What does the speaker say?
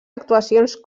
actuacions